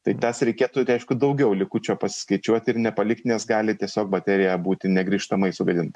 tai tas reikėtų tai aišku daugiau likučio pasiskaičiuot ir nepalikt nes gali tiesiog baterija būti negrįžtamai sugadinta